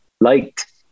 liked